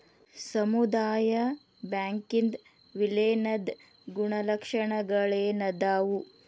ಸಮುದಾಯ ಬ್ಯಾಂಕಿಂದ್ ವಿಲೇನದ್ ಗುಣಲಕ್ಷಣಗಳೇನದಾವು?